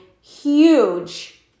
huge